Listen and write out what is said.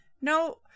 no